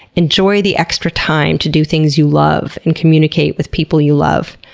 enjoy the extra time to do things you love and communicate with people you love.